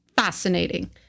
Fascinating